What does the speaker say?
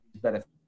benefits